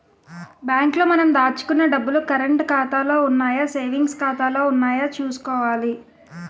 bank లో మనం దాచుకున్న డబ్బులు కరంటు ఖాతాలో ఉన్నాయో సేవింగ్స్ ఖాతాలో ఉన్నాయో చూసుకోవాలి